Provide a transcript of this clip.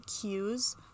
cues